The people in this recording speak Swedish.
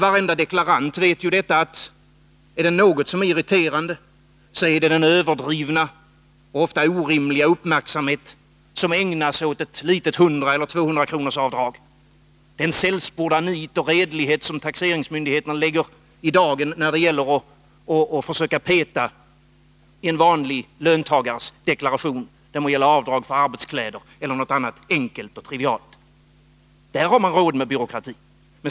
Varenda deklarant har klart för sig att om det är något som är irriterande så är det den överdrivna och ofta orimliga uppmärksamhet som ägnas ett 100 eller 200-kronorsavdrag. När det gäller det sällsporda nit och den redlighet som taxeringsmyndigheterna lägger i dagen i fråga om att peta i en vanlig löntagares deklaration — det må avse avdrag för arbetskläder eller något annat enkelt och trivialt — har man råd med byråkrati.